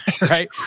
right